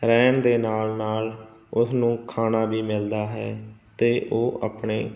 ਰਹਿਣ ਦੇ ਨਾਲ ਨਾਲ ਉਸ ਨੂੰ ਖਾਣਾ ਵੀ ਮਿਲਦਾ ਹੈ ਅਤੇ ਉਹ ਆਪਣੇ